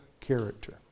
character